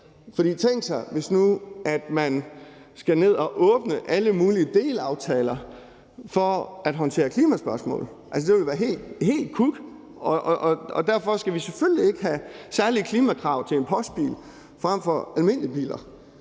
For tænk sig, hvis man nu skal ind at åbne alle mulige delaftaler for at håndtere klimaspørgsmål. Det ville da være helt kuk, og derfor skal vi selvfølgelig ikke have særlige klimakrav til en postbil frem for almindelige biler.